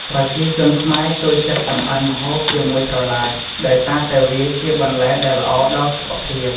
ប្រជាជនខ្មែរចូលចិត្តចម្អិនម្ហូបជាមួយត្រឡាច ដោយសារតែវាជាបន្លែដែលល្អដល់សុខភាព។